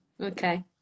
Okay